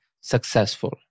successful